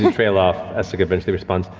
and trail off, essek eventually responds.